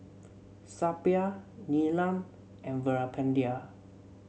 Suppiah Neelam and Veerapandiya